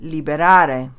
Liberare